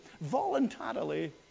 voluntarily